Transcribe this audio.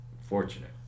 fortunate